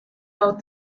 out